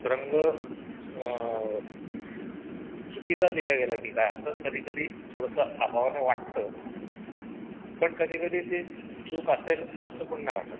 रंग चुकीचा दिला गेला की काय असं कधी कधी थोडंसं अभावाने वाटतं पण कधी कधी ती चूक असेल असं पण नाही वाटत